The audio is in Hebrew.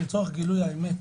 זה לצורך גילוי האמת.